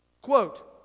Quote